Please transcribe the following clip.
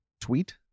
tweet